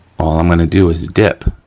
all i'm gonna do is dip,